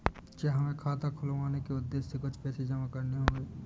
क्या हमें खाता खुलवाने के उद्देश्य से कुछ पैसे जमा करने होंगे?